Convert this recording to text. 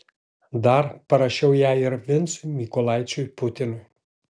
dar parašiau ją ir vincui mykolaičiui putinui